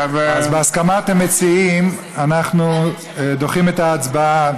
אז בהסכמת המציעים אנחנו דוחים את ההצבעה,